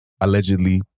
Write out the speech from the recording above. allegedly